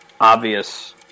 obvious